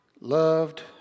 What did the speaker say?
loved